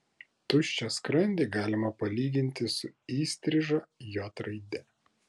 tuščią skrandį galima palyginti su įstriža j raide